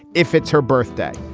if it's her birthday.